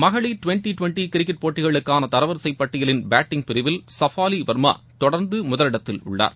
மகளிர் twenty twenty cricket போட்டிகளுக்காள தரவரிசைப் பட்டியலின் பேட்டிய் பிரிவில் சுஃபாலி வர்மா தொடர்ந்து முதலிடத்தில் உள்ளார்